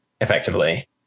Effectively